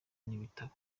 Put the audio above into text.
n’ibitabo